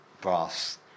brass